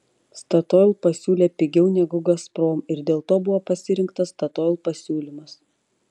statoil pasiūlė pigiau negu gazprom ir dėl to buvo pasirinktas statoil pasiūlymas